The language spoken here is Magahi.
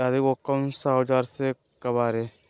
आदि को कौन सा औजार से काबरे?